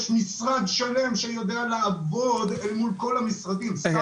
יש משרד שלם שיודע לעבוד אל מול כל המשרדים --- רגע,